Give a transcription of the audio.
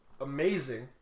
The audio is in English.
amazing